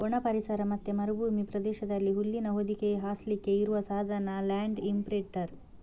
ಒಣ ಪರಿಸರ ಮತ್ತೆ ಮರುಭೂಮಿ ಪ್ರದೇಶದಲ್ಲಿ ಹುಲ್ಲಿನ ಹೊದಿಕೆ ಹಾಸ್ಲಿಕ್ಕೆ ಇರುವ ಸಾಧನ ಲ್ಯಾಂಡ್ ಇಂಪ್ರಿಂಟರ್